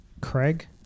Craig